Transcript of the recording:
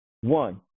One